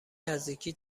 نزدیکی